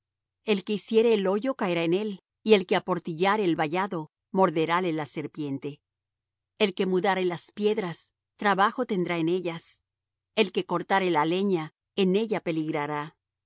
el que hiciere el hoyo caerá en él y el que aportillare el vallado morderále la serpiente el que mudare las piedras trabajo tendrá en ellas el que cortare la leña en ella peligrará